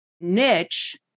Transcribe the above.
niche